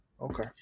okay